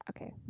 Okay